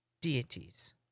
deities